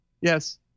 yes